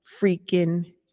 freaking